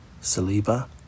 Saliba